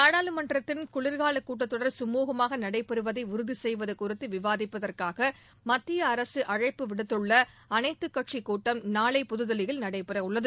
நாடாளுமன்றத்தின் குளிர்காலக் கூட்டத் தொடர் குமூகமாக நடைபெறுவதை உறுதி செய்வது குறித்து விவாதிப்பதற்காக மத்திய அரசு அழைப்பு விடுத்துள்ள அனைத்துக் கட்சிக் கூட்டம் நாளை புதுதில்லியில் நடைபெறவுள்ளது